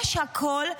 יש הכול,